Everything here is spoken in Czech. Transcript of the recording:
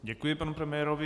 Děkuji panu premiérovi.